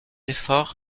efforts